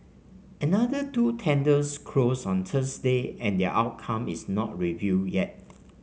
another two tenders closed on Thursday and their outcome is not revealed yet